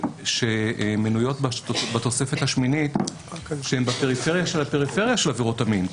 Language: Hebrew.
שמנויות בתוספת השמינית שהן בפריפריה של הפריפריה של עבירות המין.